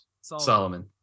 Solomon